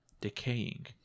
decaying